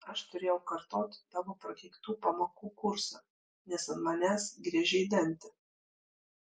aš turėjau kartoti tavo prakeiktų pamokų kursą nes ant manęs griežei dantį